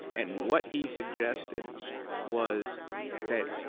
and what he suggested was that,